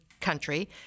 country